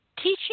Teaching